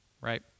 Right